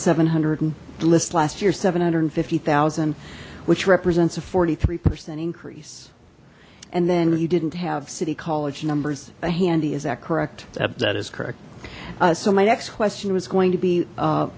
seven hundred and list last year seven hundred and fifty zero which represents a forty three percent increase and then you didn't have city college numbers a handy is that correct that is correct so my next question was going to be